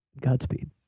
Godspeed